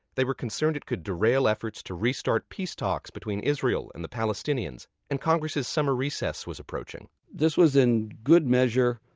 they were concerned it could derail efforts to restart peace talks, between israel and the palestinians. and congress' summer recess was approaching this was, in good measure,